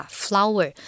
,flower